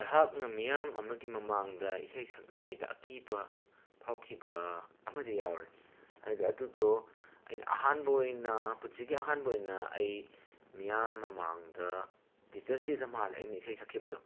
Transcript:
ꯑꯩꯍꯥꯛꯅ ꯃꯤꯌꯥꯝ ꯑꯃꯒꯤ ꯃꯃꯥꯡꯗ ꯏꯁꯩ ꯁꯛꯂꯤꯉꯩꯗ ꯑꯀꯤꯕ ꯐꯥꯎꯈꯤꯕ ꯑꯃꯗꯤ ꯌꯥꯎꯔꯦ ꯍꯥꯏꯗꯤ ꯑꯗꯨꯗꯣ ꯑꯩꯅ ꯑꯍꯥꯟꯕ ꯑꯣꯏꯅ ꯄꯨꯟꯁꯤꯒꯤ ꯑꯍꯥꯟꯕ ꯑꯣꯏꯅ ꯑꯩ ꯃꯤꯌꯥꯝ ꯃꯃꯥꯡꯗ ꯇꯤꯆꯔꯁ ꯗꯦꯗ ꯃꯥꯜꯂꯦ ꯑꯩꯅ ꯏꯁꯩ ꯁꯛꯈꯤꯕꯗꯣ